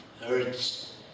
Hurts